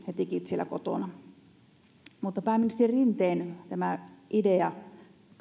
ja digit siellä kotona pääministeri rinteen idea